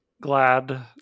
glad